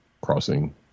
crossing